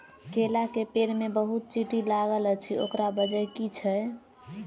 केला केँ पेड़ मे बहुत चींटी लागल अछि, ओकर बजय की छै?